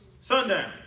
Sundown